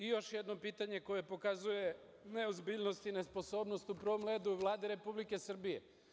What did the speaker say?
I još jedno pitanje koje pokazuje neozbiljnost i nesposobnost u prvom redu Vlade Republike Srbije.